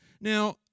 Now